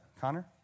Connor